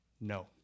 no